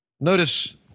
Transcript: notice